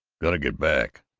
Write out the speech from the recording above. got to get back,